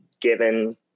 given